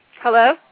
Hello